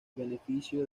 beneficio